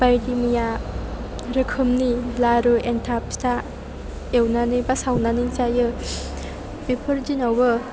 बायदि मैया रोखोमनि लारु एन्थाब फिथा एवनानै एबा सावनानै जायो बेफोर दिनावबो